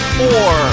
four